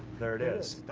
there it is. ah,